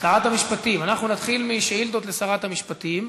שרת המשפטים, אנחנו נתחיל בשאילתות לשרת המשפטים.